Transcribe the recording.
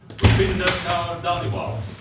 rupinder kaura dhaliwal.